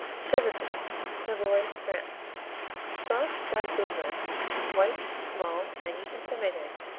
chevrotins savoy, france soft, dried goat milk white small tangy and semi-tangy.